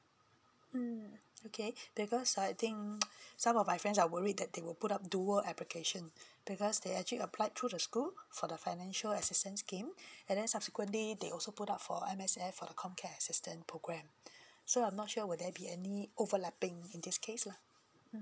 mm okay because I think some of my friends are worried that they will put up dual application because they actually applied through school for the financial assistance scheme and then subsequently they also put up for M_S_F for the comcare assistance program so I'm not sure will there be any overlapping in this case lah mm